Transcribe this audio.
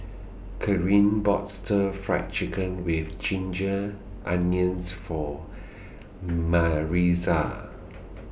Kerrie bought Stir Fried Chicken with Ginger Onions For Maritza